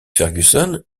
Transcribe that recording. ferguson